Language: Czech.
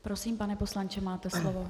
Prosím, pane poslanče, máte slovo.